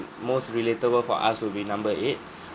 most relatable for us will be number eight